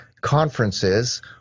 conferences